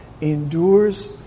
endures